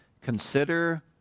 Consider